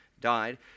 died